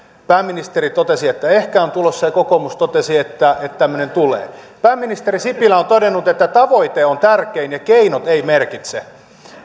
pääministeri totesi että ehkä on tulossa ja kokoomus totesi että tämmöinen tulee pääministeri sipilä on todennut että tavoite on tärkein ja keinot eivät merkitse